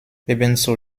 ebenso